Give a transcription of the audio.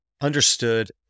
understood